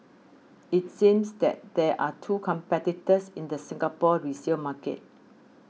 it seems that there are two competitors in the Singapore resale market